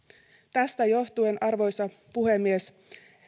tästä johtuen arvoisa puhemies